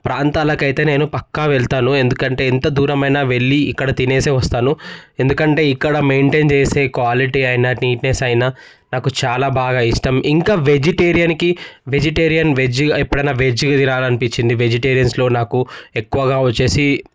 ప్రాంతాలకు అయితే నేను పక్కా వెళ్తాను ఎందుకంటే ఎంత దూరమైనా వెళ్ళి ఇక్కడ తినేసి వస్తాను ఎందుకంటే ఇక్కడ మెయింటైన్ చేసే క్వాలిటీ అయినా నీట్నెస్ అయినా నాకు చాలా బాగా ఇష్టం ఇంకా వెజిటేరియన్కి వెజిటేరియన్ వెజ్ ఎప్పుడైనా వెజ్ తినాలి అనిపించింది వెజిటేరియన్స్లో నాకు ఎక్కువగా వచ్చేసి